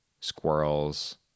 squirrels